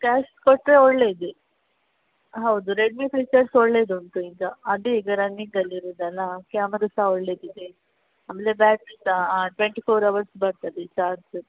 cash ಕೊಟ್ಟರೆ ಒಳ್ಳೇದೆ ಹೌದು ರೆಡ್ಮೀ ಫೀಚರ್ಸ್ ಒಳ್ಳೇದು ಉಂಟು ಈಗ ಅದೇ ಈಗ ರನ್ನಿಂಗಲ್ಲಿ ಇರುದು ಅಲ್ಲಾ ಕ್ಯಾಮರ ಸಹ ಒಳ್ಳೇದು ಇದೆ ಆಮೇಲೆ ಬ್ಯಾಟ್ರಿ ಸಹ ಟ್ವೆಂಟಿ ಫೋರ್ ಅವರ್ಸ್ ಬರ್ತದೆ ಚಾರ್ಜ್